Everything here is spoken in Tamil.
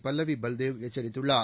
பல்லவி பல்தேவ் எச்சரித்துள்ளார்